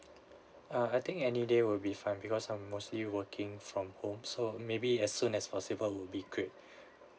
uh I think any day will be fine because I'm mostly working from home so maybe as soon as possible would be great